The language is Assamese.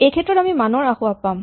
এইক্ষেত্ৰত আমি মানৰ আসোঁৱাহ পাম